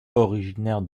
originaire